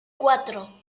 cuatro